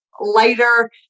lighter